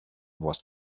was